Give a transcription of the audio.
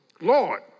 Lord